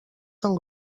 són